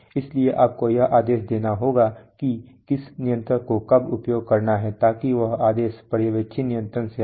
इसलिए आपको यह आदेश देना होगा कि किस नियंत्रक को कब उपयोग करना है ताकि वह आदेश पर्यवेक्षी नियंत्रक से आए